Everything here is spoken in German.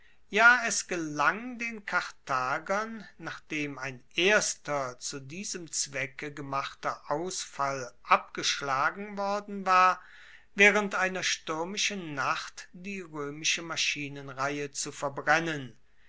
ja es gelang den karthagern nachdem ein erster zu diesem zwecke gemachter ausfall abgeschlagen worden war waehrend einer stuermischen nacht die roemische maschinenreihe zu verbrennen